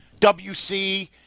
WC